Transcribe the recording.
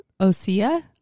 Osea